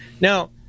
now